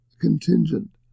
contingent